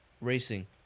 racing